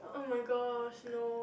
oh-my-gosh no